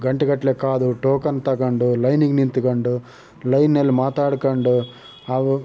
ಗಂಟೆಗಟ್ಲೆ ಕಾದು ಟೋಕನ್ ತೊಗೊಂಡು ಲೈನಿಗೆ ನಿಂತ್ಕೊಂಡು ಲೈನ್ನಲ್ಲಿ ಮಾತಾಡ್ಕೊಂಡು ಅವು